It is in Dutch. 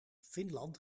finland